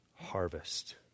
harvest